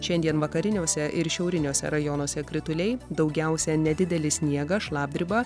šiandien vakariniuose ir šiauriniuose rajonuose krituliai daugiausia nedidelis sniegas šlapdriba